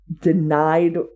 denied